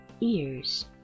ears